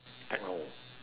techno